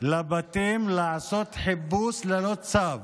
לבתים ולעשות חיפוש ללא צו,